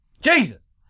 Jesus